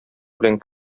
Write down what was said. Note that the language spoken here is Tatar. белән